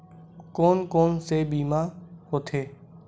कोन कोन से बीमा होथे?